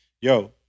yo